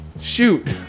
Shoot